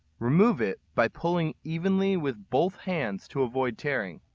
remove it by pulling evenly with both hands to avoid tearing.